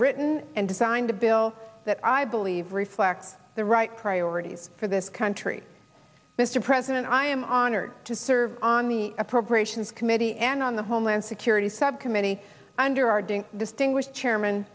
written and designed a bill that i believe reflects the right priorities for this country mr president i am honored to serve on the appropriations committee and on the homeland security subcommittee under our doing distinguished chairman